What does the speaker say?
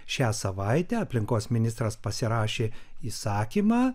šią savaitę aplinkos ministras pasirašė įsakymą